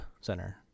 center